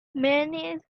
mayonnaise